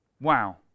Wow